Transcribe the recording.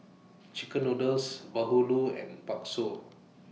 Chicken Noodles Bahulu and Bakso